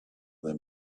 they